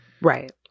Right